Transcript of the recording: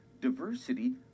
diversity